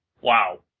Wow